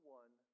one